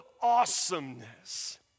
awesomeness